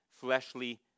fleshly